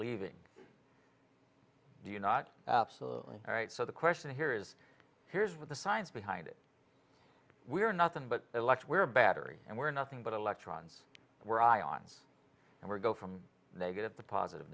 leaving do you not absolutely right so the question here is here's what the science behind it we are nothing but elect we're battery and we're nothing but electrons we're ions and we're go from negative to positive